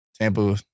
Tampa